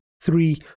three